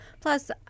Plus